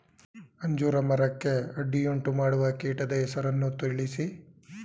ಅಂಜೂರ ಮರಕ್ಕೆ ಅಡ್ಡಿಯುಂಟುಮಾಡುವ ಕೀಟದ ಹೆಸರನ್ನು ತಿಳಿಸಿ?